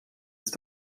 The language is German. ist